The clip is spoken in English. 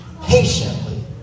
patiently